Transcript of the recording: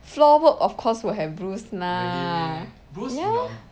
floor work of course will have bruise lah ya